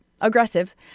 aggressive